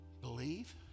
believe